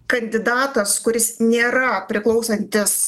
kandidatas kuris nėra priklausantis